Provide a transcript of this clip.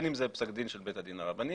ובין אם זה פסק דין של בית הדין הרבני,